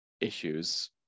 issues